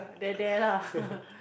there there lah